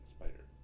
Spider